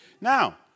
Now